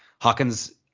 Hawkins